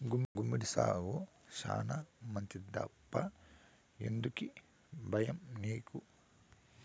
గుమ్మడి సాగు శానా మంచిదప్పా ఎందుకీ బయ్యం నీకు